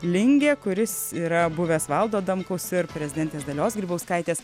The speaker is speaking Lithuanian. lingė kuris yra buvęs valdo adamkaus ir prezidentės dalios grybauskaitės